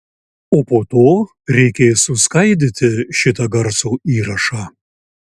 o po to reikės suskaidyti šitą garso įrašą